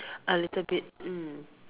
a little bit mm